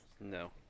No